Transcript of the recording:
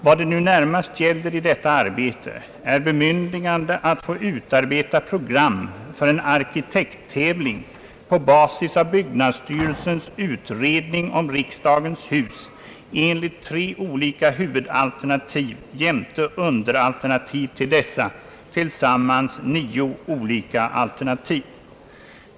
Vad det nu närmast gäller i detta arbete är bemyndigande att få utarbeta program för en arkitekttävling på basis av byggnadsstyrelsens utredning om riksdagens hus enligt tre olika huvudalternativ jämte underalternativ till dessa, tillsammans nio olika alternativ.